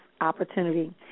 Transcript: opportunity